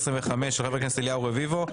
1299/25, של חבר הכנסת אליהו רביבו.